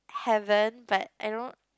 haven't but I don't